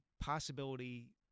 possibility